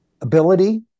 ability